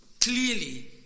clearly